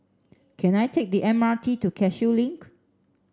can I take the M R T to Cashew Link